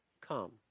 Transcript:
come